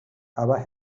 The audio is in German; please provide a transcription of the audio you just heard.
aber